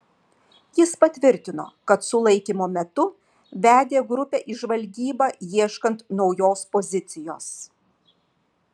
jis patvirtino kad sulaikymo metu vedė grupę į žvalgybą ieškant naujos pozicijos